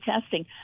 testing